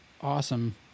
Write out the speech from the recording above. awesome